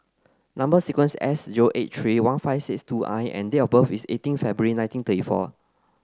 number sequence S zero eight three one five six two I and date of birth is eighteen February nineteen thirty four